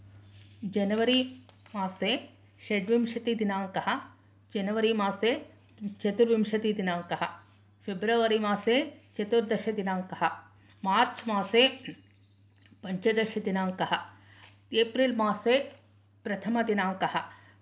जनवरीमासे षड्विंशतिदिनांकः जनवरीमासे चतुर्विंशतिदिनांकः फेब्रवरीमासे चतुर्दशदिनांकः मार्च् मासे पञ्चदशदिनांकः एप्रिल् मासे प्रथमदिनांकः